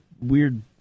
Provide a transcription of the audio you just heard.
weird